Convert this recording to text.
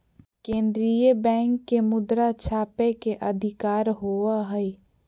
केन्द्रीय बैंक के मुद्रा छापय के अधिकार होवो हइ